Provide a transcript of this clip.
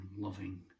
loving